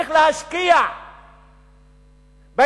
צריך להשקיע בילדים,